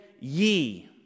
ye